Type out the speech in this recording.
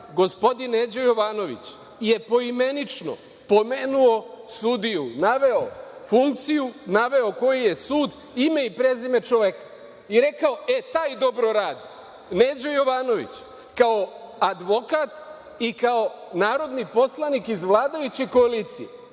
gospodin Neđo Jovanović je poimenično pomenuo sudiju, naveo funkciju, naveo koji je sud, ima i prezime čoveka i rekao – taj dobro radi. Neđo Jovanović kao advokat i kao narodni poslanik iz vladajuće koalicije